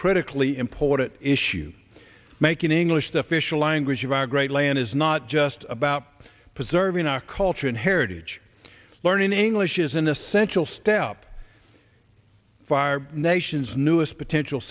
critically important issue making english the official language of our great land is not just about preserving our culture and heritage learning english is an essential step fired nation's newest potential